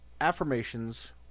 affirmations